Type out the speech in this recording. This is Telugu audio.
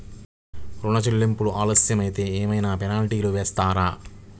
ఋణ చెల్లింపులు ఆలస్యం అయితే ఏమైన పెనాల్టీ వేస్తారా?